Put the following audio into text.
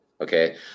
okay